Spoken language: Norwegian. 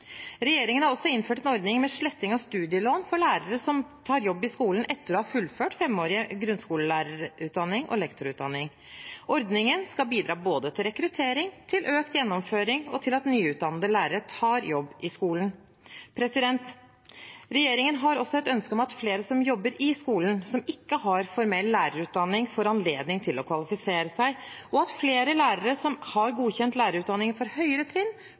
Regjeringen har også innført en ordning med sletting av studielån for lærere som tar jobb i skolen etter å ha fullført femårig grunnskolelærerutdanning eller lektorutdanning. Ordningen skal bidra både til rekruttering, til økt gjennomføring og til at nyutdannede lærere tar jobb i skolen. Regjeringen har også et ønske om at flere som jobber i skolen, og som ikke har formell lærerutdanning, får anledning til å kvalifisere seg, og at flere lærere som har godkjent lærerutdanning for høyere trinn,